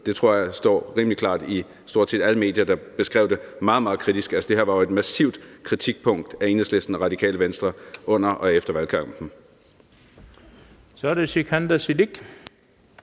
Det tror jeg står rimelig klart i stort set alle medier, der har beskrevet det meget, meget kritisk. Altså, det her var jo et massivt kritikpunkt af Enhedslisten og Radikale Venstre under og efter valgkampen. Kl. 13:06 Den fg.